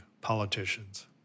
politicians